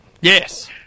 yes